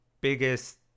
biggest